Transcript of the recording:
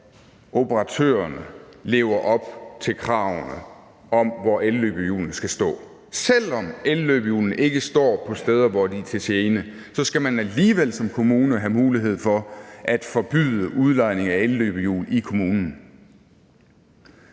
operatørerne lever op til kravene om, hvor elløbehjulene skal stå, og selv om elløbehjulene ikke står på steder, hvor de er til gene, skal man alligevel som kommune have mulighed for at forbyde udlejning af elløbehjul i kommunen.